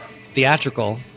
theatrical